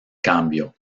cambio